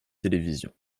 télévision